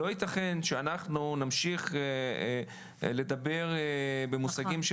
לא יתכן שאנחנו נמשיך לדבר במושגים של